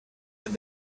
and